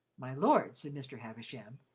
my lord, said mr. havisham,